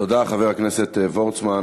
תודה, חבר הכנסת וורצמן.